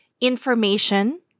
information